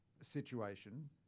situation